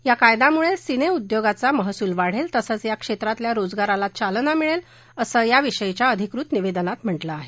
या कायदयामुळे सिनेमाउदयोगाचा महसूल वाढेल तसंच या क्षेत्रातल्या रोजगाराला चालना मिळेल असं या विषयीच्या अधिकृत निवेदनात म्हटलं आहे